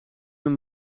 meer